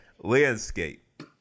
landscape